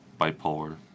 bipolar